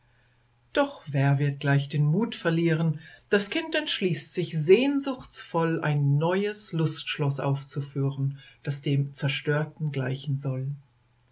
doch wer wird gleich den mut verlieren das kind entschließt sich sehnsuchtsvoll ein neues lustschloß aufzuführen das dem zerstörten gleichen soll